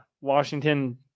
Washington